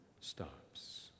stops